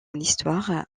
histoire